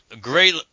great